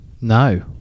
no